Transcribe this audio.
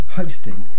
hosting